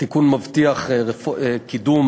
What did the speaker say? התיקון מבטיח את קידום